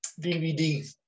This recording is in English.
DVD